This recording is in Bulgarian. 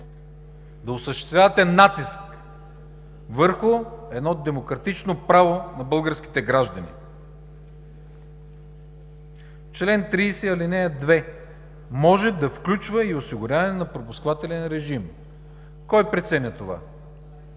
да осъществявате натиск върху едно демократично право на българските граждани. Член 30, ал. 2: „…може да включва и осигуряване на пропускателен режим“. Кой преценява това?